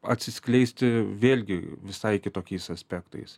atsiskleisti vėlgi visai kitokiais aspektais